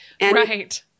Right